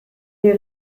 der